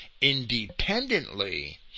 independently